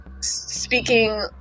Speaking